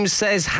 says